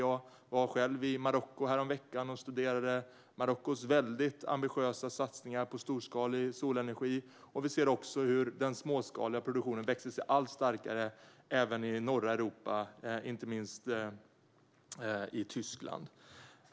Jag var själv i Marocko häromveckan och studerade deras ambitiösa satsningar på storskalig solenergi. Vi ser också hur den småskaliga produktionen växer sig allt starkare, även i norra Europa, inte minst i Tyskland.